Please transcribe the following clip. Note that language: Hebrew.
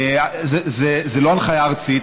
זו לא הנחיה ארצית,